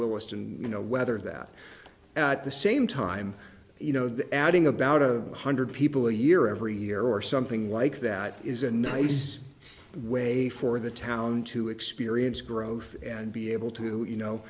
willesden you know whether that at the same time you know that adding about a hundred people a year every year or something like that is a nice way for the town to experience growth and be able to you know